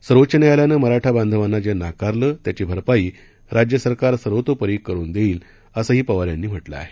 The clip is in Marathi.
सर्वोच्च न्यायालयानं मराठा बांधवांना जे नाकारलं त्याची भरपाई राज्य सरकार सर्वतोपरीनं करून देईल असंही पवार यांनी म्हटलं आहे